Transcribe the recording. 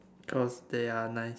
cause they are nice